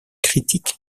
critique